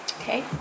Okay